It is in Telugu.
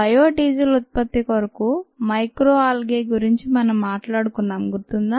బయో డీజిల్ ఉత్పత్తి కొరకు మైక్రోఆల్గే గురించి మనం మాట్లాడుకున్నాం గుర్తుందా